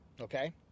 okay